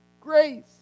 grace